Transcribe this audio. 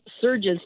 surges